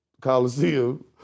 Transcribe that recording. Coliseum